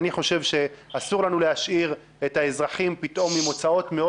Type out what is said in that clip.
אני חושב שאסור לנו להשאיר את האזרחים פתאום עם הוצאות מאוד